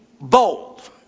bold